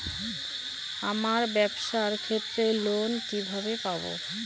আমার ব্যবসার ক্ষেত্রে লোন কিভাবে পাব?